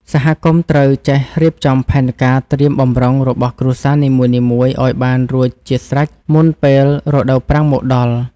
សហគមន៍ត្រូវចេះរៀបចំផែនការត្រៀមបម្រុងរបស់គ្រួសារនីមួយៗឱ្យបានរួចជាស្រេចមុនពេលរដូវប្រាំងមកដល់។